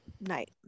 night